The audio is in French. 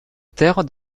terre